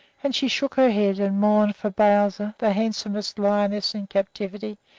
and she shook her head and mourned for bowzer, the handsomest lioness in captivity,